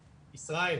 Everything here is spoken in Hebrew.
ישראל,